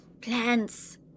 plants